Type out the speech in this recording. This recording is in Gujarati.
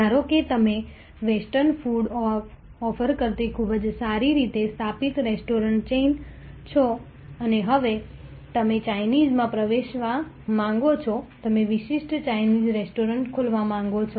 ધારો કે તમે વેસ્ટર્ન ફૂડ ઓફર કરતી ખૂબ જ સારી રીતે સ્થાપિત રેસ્ટોરન્ટ ચેઇન છો અને હવે તમે ચાઇનીઝમાં પ્રવેશવા માંગો છો તમે વિશિષ્ટ ચાઇનીઝ રેસ્ટોરન્ટ ખોલવા માંગો છો